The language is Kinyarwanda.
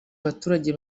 baturage